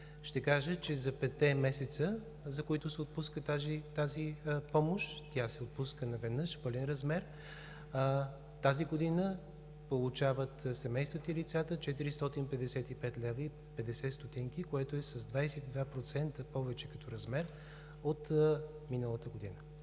Ще кажа, че за петте месеца, за които се отпуска тази помощ – тя се отпуска наведнъж, в пълен размер, тази година семействата и лицата получават 455 лв. 50 ст., което е с 22% повече като размер от миналата година.